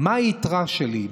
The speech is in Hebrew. מה היתרה שלי?